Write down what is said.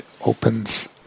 opens